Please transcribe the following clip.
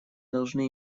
должны